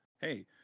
hey